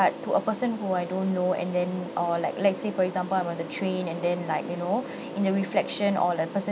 to a person who I don't know and then or like let's say for example I'm on the train and then like you know in a reflection or a person